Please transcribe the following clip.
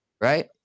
right